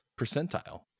percentile